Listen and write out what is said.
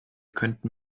könnten